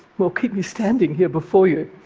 well, keep me standing here before you.